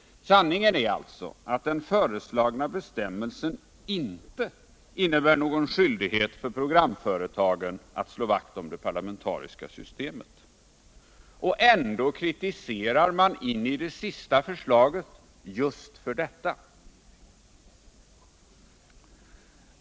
Sanningen är alltså att den föreslagna bestämmelsen inte innebär någon skyldighet för prograumföretagen aut slå vakt om det parlamentariska systemet. Men ändå kritiserar man in i det sista förslaget för just detta.